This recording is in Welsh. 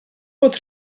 bod